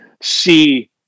see